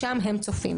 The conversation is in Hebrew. שם הם צופים.